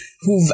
who've